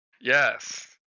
Yes